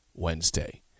Wednesday